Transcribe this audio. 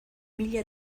mila